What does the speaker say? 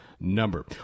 number